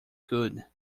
could